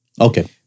Okay